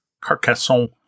Carcassonne